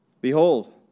Behold